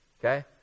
okay